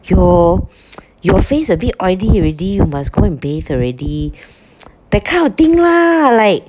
your your face a bit oily already you must go and bathe already that kind of thing lah like